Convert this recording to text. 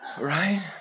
Right